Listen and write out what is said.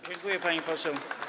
Dziękuję, pani poseł.